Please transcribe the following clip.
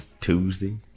Tuesday